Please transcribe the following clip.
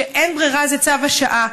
שאין ברירה וזה צו השעה,